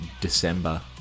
December